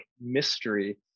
mystery